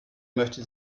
möchte